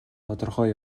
тодорхой